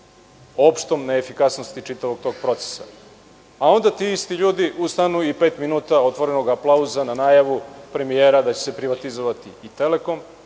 opštom neefikasnosti čitavog tog procesa. Onda ti isti ljudi ustanu i pet minuta otvorenog aplauza na najavu premijera da će se privatizovati i „Telekom“,